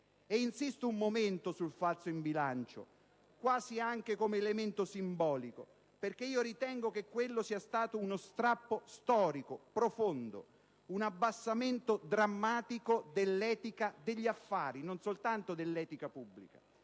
Insisto un momento sul falso in bilancio, quasi come elemento simbolico, perché ritengo che quello sia stato uno strappo storico profondo, un abbassamento drammatico dell'etica degli affari - non soltanto dell'etica pubblica